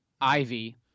ivy